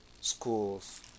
schools